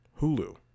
Hulu